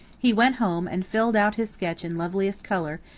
he went home and filled out his sketch in loveliest color,